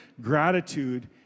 gratitude